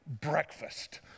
breakfast